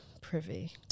Privy